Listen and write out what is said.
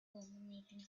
dominating